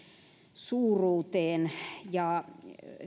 suuruuteen ja